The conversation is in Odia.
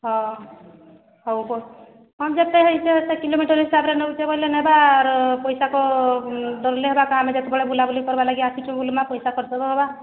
ହଁ ହଉ ହଉ ହଁ ଯେତେ ହେଇଛେ ହେତେ କିଲୋମିଟର୍ ହିସାବରେ ନଉଛେ ବେଲେ ନେବା ଆରୁ ପଇସାକୁ ଡର୍ଲେ ହେବା କେଁ ଆମେ ଯେତେବେଳେ ବୁଲାବୁଲି କର୍ବା ଲାଗି ଆସିଚୁଁ ବେଲେ ତ ପଇସା ଖର୍ଚ୍ଚ ତ ହେବା